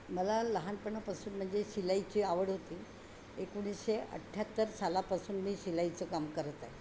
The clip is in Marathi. मला लहानपणापासून म्हणजे शिलाईची आवड होती एकोणीसशे अठ्ठ्याहत्तर सालापासून मी शिलाईचं काम करत आहे